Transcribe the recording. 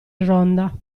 ronda